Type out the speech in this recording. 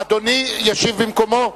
אדוני ישיב במקומו?